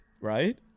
right